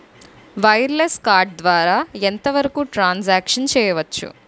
Wireless card ద్వారా ఎంత వరకు ట్రాన్ సాంక్షన్ చేయవచ్చు?